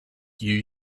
you